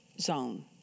zone